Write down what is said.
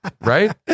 Right